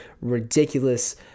ridiculous